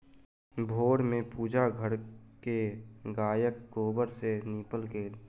भोर में पूजा घर के गायक गोबर सॅ नीपल गेल